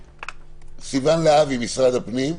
סיון להבי, משרד הפנים.